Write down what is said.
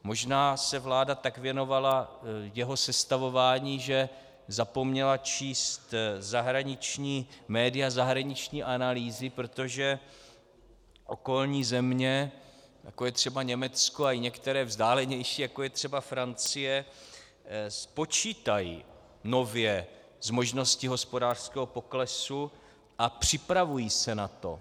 Možná se vláda tak věnovala jeho sestavování, že zapomněla číst zahraniční média, zahraniční analýzy, protože okolní země, jako je třeba Německo, a i některé vzdálenější, jako je třeba Francie, počítají nově s možností hospodářského poklesu a připravují se na to.